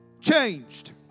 changed